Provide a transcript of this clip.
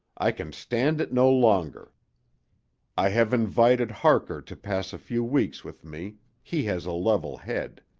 i can stand it no longer i have invited harker to pass a few weeks with me he has a level head.